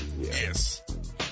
Yes